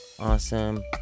awesome